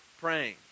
praying